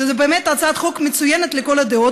שזו באמת הצעת חוק מצוינת לכל הדעות?